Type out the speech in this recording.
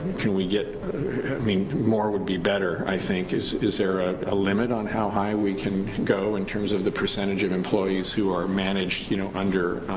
can we get i mean more would be better, i think is is there a limit on how high we can go in terms of the percentage of employees who are managed you know under